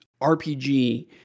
RPG